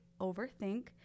overthink